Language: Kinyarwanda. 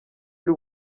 y’u